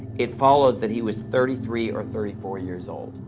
it follows that he was thirty three or thirty four years old.